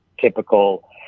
typical